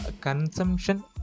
consumption